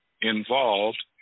involved